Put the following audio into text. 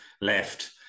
left